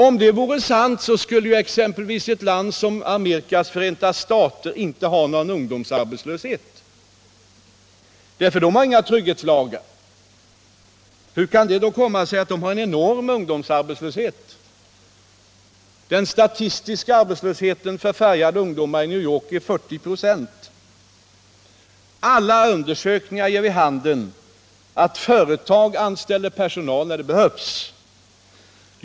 Om det vore sant skulle ett land som exempelvis Amerikas förenta stater inte ha någon ungdomsarbetslöshet, eftersom man där inte har några trygghetslagar. Hur kan det då komma sig att man i Amerika har en enorm ungdomsarbetslöshet? Den statistiska arbetslösheten för färgade ungdomar i New York är 40 96. Alla undersökningar ger vid handen att företag anställer folk när det behövs.